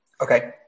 Okay